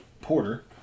porter